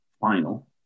final